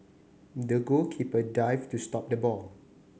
the goalkeeper dived to stop the ball